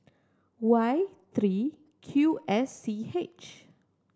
Y three Q S C H